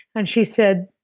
and she said,